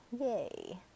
yay